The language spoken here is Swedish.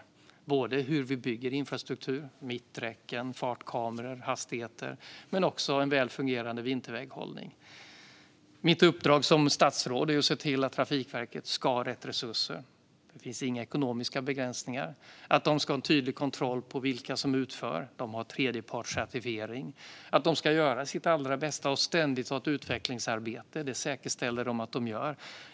Det handlar om hur vi bygger infrastruktur - mitträcken, fartkameror, hastighetsbegränsningar - och om en välfungerande vinterväghållning. Mitt uppdrag som statsråd är att se till att Trafikverket har rätt resurser. Det finns inga ekonomiska begränsningar. De ska ha en tydlig kontroll på vilka som utför. De har tredjepartscertifiering. De ska göra sitt allra bästa och ständigt ha ett utvecklingsarbete. Det säkerställer de att de har.